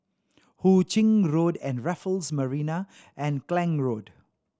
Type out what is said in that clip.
Hu Ching Road Raffles Marina and Klang Road